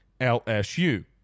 LSU